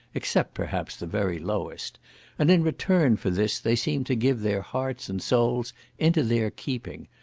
except, perhaps, the very lowest and in return for this they seem to give their hearts and souls into their keeping.